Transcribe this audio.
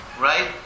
Right